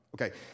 Okay